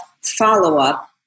follow-up